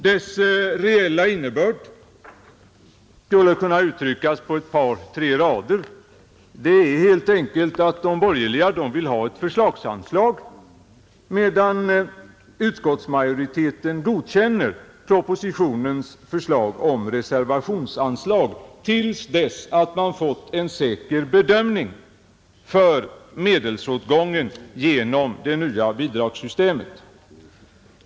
Dess reella innebörd skulle kunna uttryckas på ett par tre rader, Innebörden är helt enkelt att de borgerliga vill ha ett förslagsanslag, medan utskottsmajoriteten godtar propositionens förslag om reservationsanslag till dess att vi fått en säker bedömning för medelsåtgången genom det nya bidragssystemet.